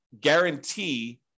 guarantee